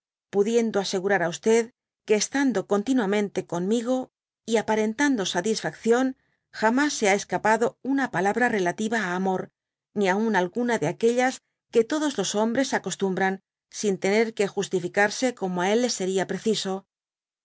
pudiendo asegurar á que estando continuamente con migo y aparentando satisfacción jamas se le ha escapado una palabra ralativa á amor ni aun alguna de aquellas que todos los hombres acostumbran sin tener que justificarse como á tfl le sería preciso